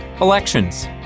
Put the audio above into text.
elections